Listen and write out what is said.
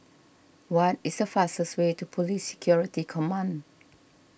what is the fastest way to Police Security Command